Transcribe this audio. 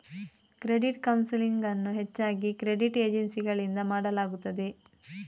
credit counselling ಅನ್ನು ಹೆಚ್ಚಾಗಿ credit ಏಜೆನ್ಸಿಗಳಿಂದ ಮಾಡಲಾಗುತ್ತದೆ